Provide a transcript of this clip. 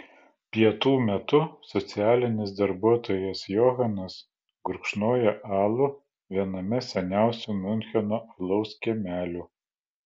pietų metu socialinis darbuotojas johanas gurkšnoja alų viename seniausių miuncheno alaus kiemelių